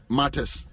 matters